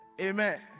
Amen